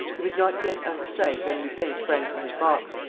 he was not yet out of sight when lupin sprang from his box,